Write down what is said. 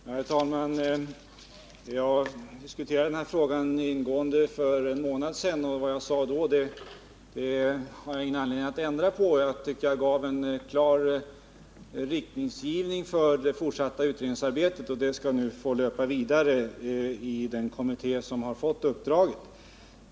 Herr talman! Jag diskuterade denna fråga ingående för en månad sedan, och vad jag sade då har jag ingen anledning att ändra på. Jag angav en klar inriktning för det fortsatta utredningsarbetet, och det skall nu få löpa vidare i den kommitté som har fått uppdraget.